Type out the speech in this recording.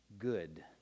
good